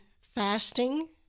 fasting